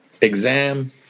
exam